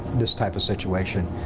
this type of situation.